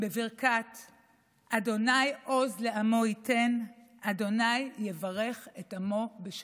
בברכת "ה' עז לעמו יתן, ה' יברך את עמו בשלום".